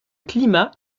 climat